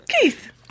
Keith